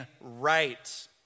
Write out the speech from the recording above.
right